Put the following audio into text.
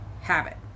habit